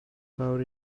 fawr